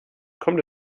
kommt